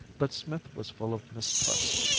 but smith was full of mistrust.